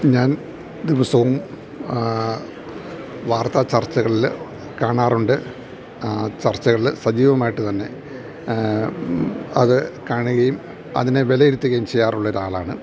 ഞാൻ ദിവസവും വാർത്താ ചർച്ചകള് കാണാറുണ്ട് ചർച്ചകള് സജീവമായിട്ട് തന്നെ അത് കാണുകയും അതിനെ വിലയിരുത്തുകയും ചെയ്യാറുള്ളൊരാളാണ്